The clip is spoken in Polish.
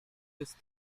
jest